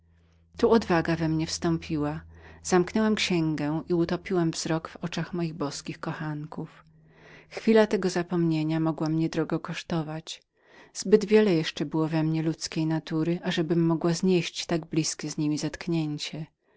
tu odwaga we mnie wstąpiła zamknęłam księgę i utopiłam wzrok w oczach moich boskich kochanków chwila tego zapomnienia mogła mnie drogo kosztować zbyt wiele należałam jeszcze do ludzkości ażeby być w stanie znieść tak blizkie z nimi zetknięcie